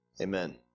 amen